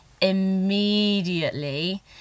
immediately